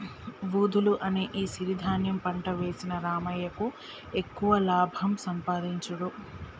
వూదలు అనే ఈ సిరి ధాన్యం పంట వేసిన రామయ్యకు ఎక్కువ లాభం సంపాదించుడు